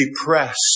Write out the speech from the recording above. depressed